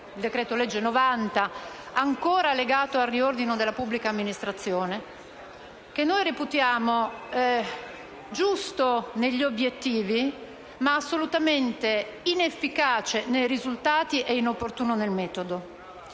il decreto-legge n. 90 del 2014, ancora legato al riordino della pubblica amministrazione, che noi reputiamo giusto negli obiettivi, ma assolutamente inefficace nei risultati ed inopportuno nel metodo.